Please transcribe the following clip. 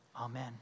Amen